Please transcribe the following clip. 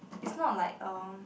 is not like um